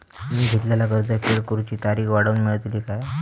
मी घेतलाला कर्ज फेड करूची तारिक वाढवन मेलतली काय?